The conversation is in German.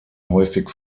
häufig